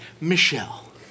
Michelle